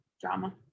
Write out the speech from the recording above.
Drama